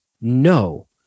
No